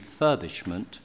refurbishment